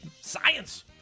science